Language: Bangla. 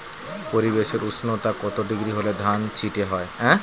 পরিবেশের উষ্ণতা কত ডিগ্রি হলে ধান চিটে হয়?